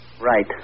Right